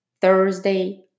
Thursday